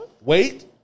Wait